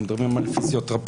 אנחנו מדברים על פיזיותרפיסטים,